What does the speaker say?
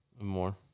More